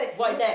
void deck